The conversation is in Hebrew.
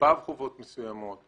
כלפיו חובות מסוימות.